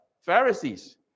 Pharisees